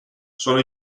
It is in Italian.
sono